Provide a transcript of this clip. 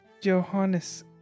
Johannes